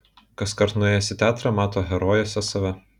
kaskart nuėjęs į teatrą mato herojuose save